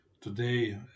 today